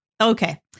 Okay